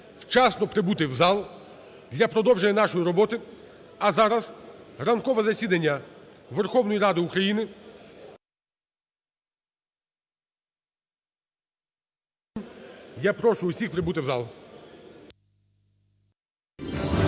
вчасно прибути в зал для продовження нашої роботи. А зараз ранкове засідання Верховної Ради України я оголошую закритим.